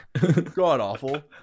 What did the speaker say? God-awful